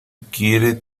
quiere